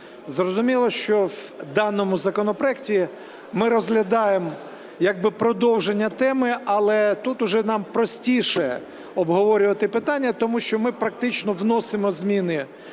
зрозуміло, що в даному законопроекті ми розглядаємо як би продовження теми. Але тут вже нам простіше обговорювати питання, тому що ми практично вносимо зміни